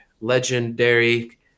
legendary